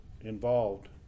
involved